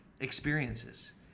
experiences